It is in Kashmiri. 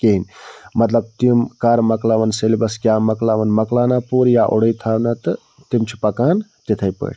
کِہیٖنٛۍ مطلب تِم کَر مۄکلاوَن سیلبَس کیٛاہ مۄکلاون مۄکلاونا پوٗرٕ یا اوڑٕے تھاونا تہٕ تِم چھِ پَکان تِتھٕے پٲٹھۍ